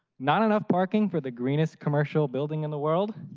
not enough parking for the greenest commercial building in the world?